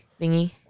thingy